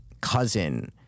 cousin